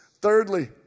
Thirdly